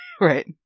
right